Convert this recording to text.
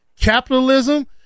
capitalism